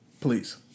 please